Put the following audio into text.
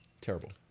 Terrible